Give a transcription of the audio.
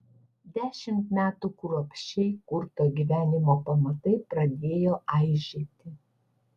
dešimt metų kruopščiai kurto gyvenimo pamatai pradėjo aižėti